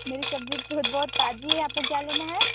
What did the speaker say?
मेरी सब्ज़ी तो बहुत ताज़ी है आप को क्या लेना है